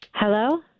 Hello